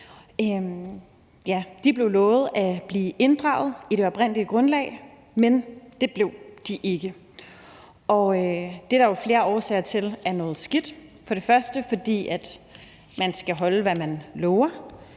De blev lovet at blive inddraget i det oprindelige grundlag, men det blev de ikke, og det er der jo flere årsager til er noget skidt. For det første er det, fordi man skal holde, hvad man lover,